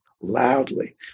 loudly